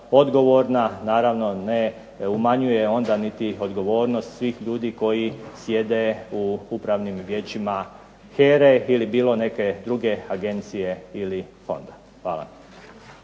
odgovorna onda naravno ne umanjuje niti odgovornost svih ljudi koji sjede u upravnim vijećima HERA-e ili neke druge agencije ili fonda. Hvala.